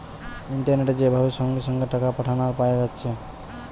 ইন্টারনেটে যে ভাবে সঙ্গে সঙ্গে টাকা পাঠানা আর পায়া যাচ্ছে